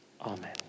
Amen